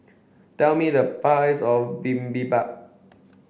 tell me the price of Bibimbap